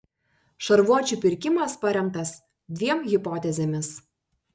šarvuočių pirkimas paremtas dviem hipotezėmis